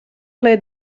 ple